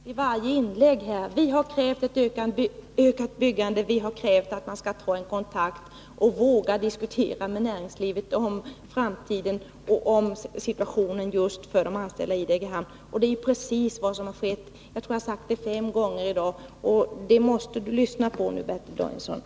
Fru talman! Vad jag sagt i varje inlägg här är att vi har krävt ett ökat byggande samt att man skall ta kontakt med och våga diskutera med näringslivet om framtiden och om situationen just för de anställda i Degerhamn. Det är också precis vad som har skett. Jag tror att jag har sagt det fem gånger i dag. Bertil Danielsson måste lyssna.